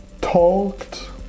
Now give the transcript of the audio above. talked